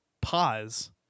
pause